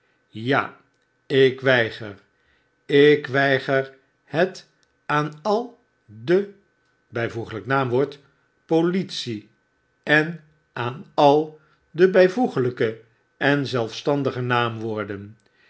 ja ik weiger ik weiger het aan al de bijvl n w politie en aan al de bijvoeglijke en zelfstandige n